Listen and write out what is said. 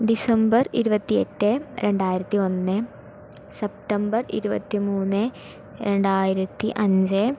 December ഇരുപത്തി എട്ട് രണ്ടായിരത്തി ഒന്ന് സെപ്റ്റംബർ ഇരുപത്തി മൂന്ന് രണ്ടായിരത്തി അഞ്ച്